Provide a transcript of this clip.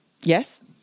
Yes